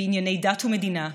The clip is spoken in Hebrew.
בענייני דת ומדינה,